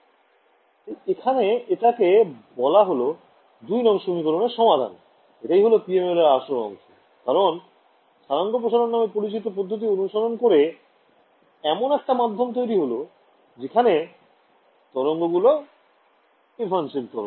তাই এখানে এটাকে বলা হল ২ নং সমীকরণের সমাধান এটাই হল PML এর আসল অংশ কারণ স্থানাঙ্ক প্রসারণ নামে পরিচিত পদ্ধতি অনুসরন করে এমন একটা মাধ্যম তৈরি হল যেখানে তরঙ্গ গুলো এভান্সেন্ত তরঙ্গ